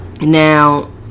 now